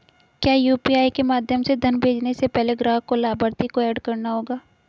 क्या यू.पी.आई के माध्यम से धन भेजने से पहले ग्राहक को लाभार्थी को एड करना होगा?